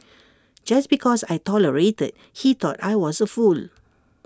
just because I tolerated he thought I was A fool